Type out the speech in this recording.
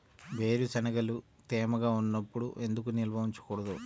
వేరుశనగలు తేమగా ఉన్నప్పుడు ఎందుకు నిల్వ ఉంచకూడదు?